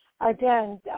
Again